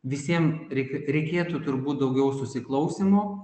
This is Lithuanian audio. visiem reik reikėtų turbūt daugiau susiklausymo